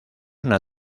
una